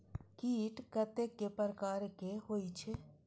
कीट कतेक प्रकार के होई छै?